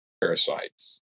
parasites